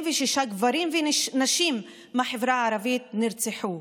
76 גברים ונשים מהחברה הערבית נרצחו,